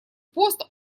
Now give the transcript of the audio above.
пост